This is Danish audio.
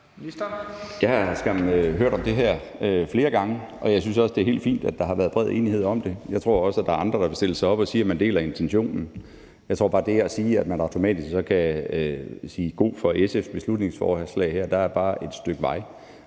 Jeg har skam hørt om det her flere gange, og jeg synes også, det er helt fint, at der har været bred enighed om det. Jeg tror også, at der er andre, der ville stille sig op og sige, at man deler intentionen. Jeg tror bare, at fra det og til at sige, at så kan man automatisk sige god for SF's beslutningsforslag her, er der et stykke vej,